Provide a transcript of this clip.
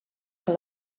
que